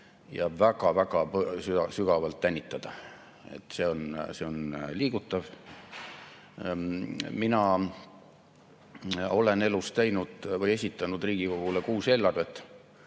ja väga-väga sügavalt tänitada. See on liigutav! Mina olen elus esitanud Riigikogule kuus eelarvet